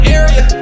area